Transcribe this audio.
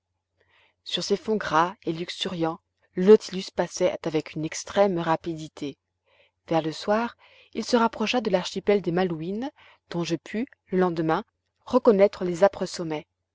sur ces fonds gras et luxuriants le nautilus passait avec une extrême rapidité vers le soir il se rapprocha de l'archipel des malouines dont je pus le lendemain reconnaître les âpres sommets